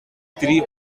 tree